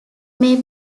may